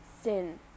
sin